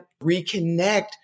reconnect